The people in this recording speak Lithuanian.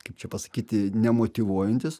kaip čia pasakyti nemotyvuojantis